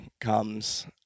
comes